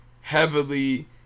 heavily